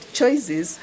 choices